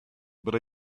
but